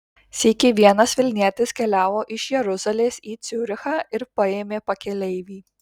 sykį vienas vilnietis keliavo iš jeruzalės į ciurichą ir paėmė pakeleivį